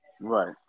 Right